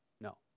No